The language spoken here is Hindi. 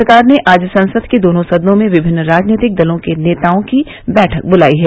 सरकार ने आज संसद के दोनों सदनों में विभिन्न राजनैतिक दलों के नेताओं की बैठक बुलाई है